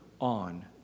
on